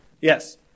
Yes